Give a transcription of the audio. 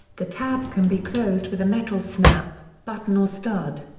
the tabs can be closed with a metal snap, button or stud.